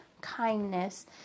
kindness